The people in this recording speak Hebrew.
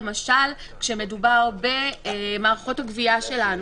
למשל כשמדובר במערכות הגבייה שלנו,